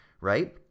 right